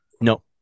no